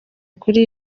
kuri